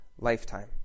lifetime